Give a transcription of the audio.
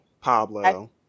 Pablo